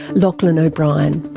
lachlan o'brien.